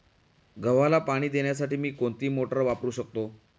गव्हाला पाणी देण्यासाठी मी कोणती मोटार वापरू शकतो?